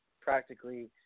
practically